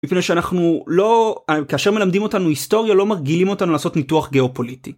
מפני שאנחנו לא כאשר מלמדים אותנו היסטוריה לא מרגילים אותנו לעשות ניתוח גאופוליטי.